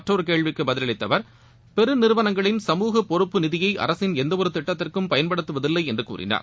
மற்றொரு கேள்விக்கு பதிலளித்த அவர் பெரு நிறுவனங்களின் சமுக பொறுப்பு நெறியை அரசின் எந்தவொரு திட்டத்திற்கும் பயன்படுத்துவதில்லை என்று கூறினார்